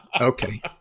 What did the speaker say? okay